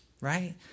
right